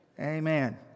Amen